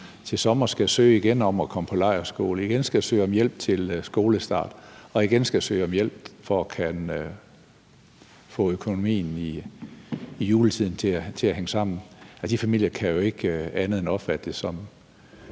til sommer igen skal søge om at komme på lejrskole, igen skal søge om hjælp til skolestart og igen skal søge om hjælp for at kunne få økonomien i juletiden til at hænge sammen. De familier kan jo ikke andet end at opfatte det nærmest